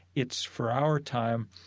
it's for our time.